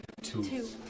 Two